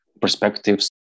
perspectives